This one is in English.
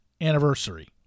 anniversary